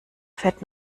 fett